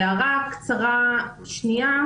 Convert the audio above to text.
הערה קצרה שנייה,